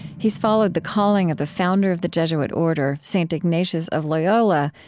he's followed the calling of the founder of the jesuit order, st. ignatius of loyola,